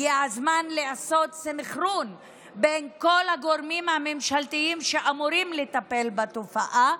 הגיע הזמן לעשות סנכרון בין כל הגורמים הממשלתיים שאמורים לטפל בתופעה,